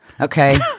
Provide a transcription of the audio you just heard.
Okay